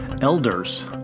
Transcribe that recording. elders